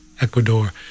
Ecuador